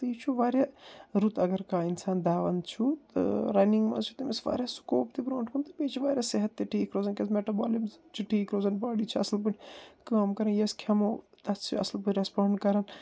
تہٕ یہِ چھُ وارِیاہ رُت اگر کانٛہہ انسان دَوان چھُ تہٕ رنٛگ منٛز چھُ تٔمِس وارِیاہ سُکوپ تہِ برونٹھ کُن بیٚیہِ چھِ وارِیاہ صحت تہِ ٹھیٖک روزان کیٛاہ زِ مٮ۪ٹابالِمٕز چھِ ٹھیٖک روزان باڈی چھِ اصٕل پٲٹھۍ کٲم کَران یَس کھٮ۪مو تس چھِ اصٕل بٔر رٮ۪سپاڈ کَران